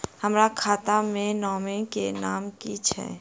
हम्मर खाता मे नॉमनी केँ नाम की छैय